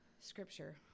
scripture